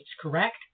correct